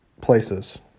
places